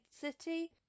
city